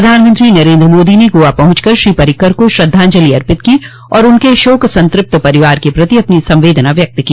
प्रधानमंत्री नरेन्द्र मादी ने गोआ पहुंच कर श्री पर्रिकर को श्रद्धांजलि अर्पित की और उनके शोक संतृप्त परिवार के प्रति अपनी संवेदना व्यक्त की